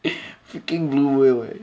freaking blue whale eh